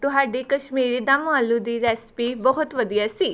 ਤੁਹਾਡੀ ਕਸ਼ਮੀਰੀ ਦਮ ਆਲੂ ਦੀ ਰੈਸਿਪੀ ਬਹੁਤ ਵਧੀਆ ਸੀ